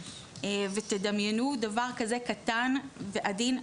ותדמיינו דבר כזה קטן ועדין.